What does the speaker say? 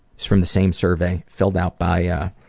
from the same survey, filled out by a